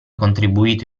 contribuito